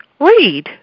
read